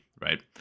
right